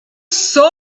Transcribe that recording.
soul